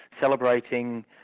celebrating